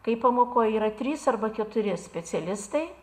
kai pamokoj yra trys arba keturi specialistai